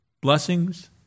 Blessings